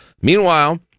Meanwhile